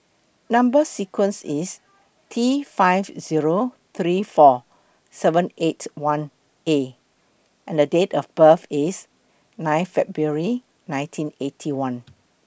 Number sequence IS T five Zero three four seven eight one A and Date of birth IS nine February nineteen Eighty One